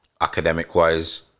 academic-wise